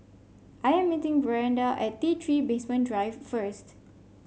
I am meeting Brianda at T Three Basement Drive first